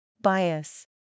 Bias